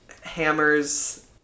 Hammers